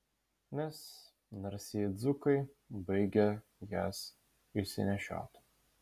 nes narsieji dzūkai baigia jas išsinešioti